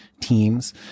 teams